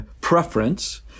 preference